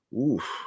Oof